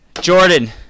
Jordan